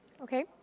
Okay